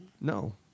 no